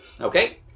Okay